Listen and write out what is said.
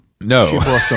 No